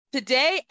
Today